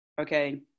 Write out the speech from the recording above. okay